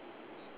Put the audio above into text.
ya